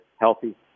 healthy